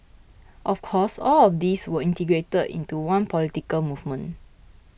of course all of these were integrated into one political movement